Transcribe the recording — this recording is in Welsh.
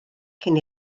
cyn